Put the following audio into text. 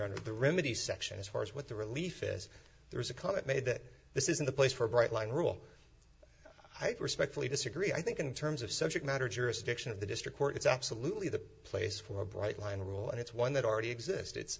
on the remedy section as far as what the relief is there is a comment made that this isn't the place for a bright line rule i respectfully disagree i think in terms of subject matter jurisdiction of the district court it's absolutely the place for a bright line rule and it's one that already exist it's